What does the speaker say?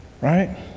right